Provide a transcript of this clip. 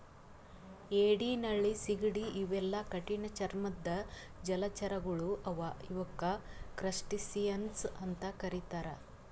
ಏಡಿ ನಳ್ಳಿ ಸೀಗಡಿ ಇವೆಲ್ಲಾ ಕಠಿಣ್ ಚರ್ಮದ್ದ್ ಜಲಚರಗೊಳ್ ಅವಾ ಇವಕ್ಕ್ ಕ್ರಸ್ಟಸಿಯನ್ಸ್ ಅಂತಾ ಕರಿತಾರ್